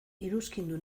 iruzkindu